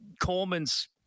Coleman's